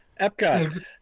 Epcot